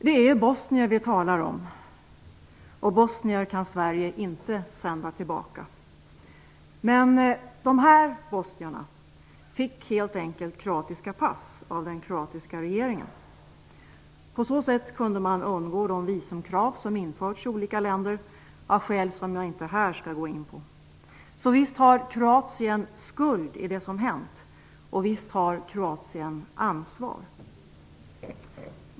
Det är bosnier vi talar om, och bosnier kan Sverige inte sända tillbaka. Men de här bosnierna fick helt enkelt kroatiska pass av den kroatiska regeringen. På så sätt kunde man undgå de visumkrav som införts i olika länder, av skäl som jag inte här skall gå in på. Så visst har Kroatien skuld i det som hänt, och visst har Kroatien ansvar!